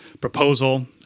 proposal